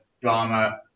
drama